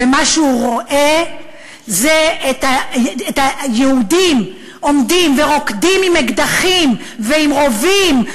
מה שהוא רואה זה יהודים עומדים ורוקדים עם אקדחים ועם רובים,